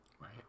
Right